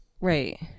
Right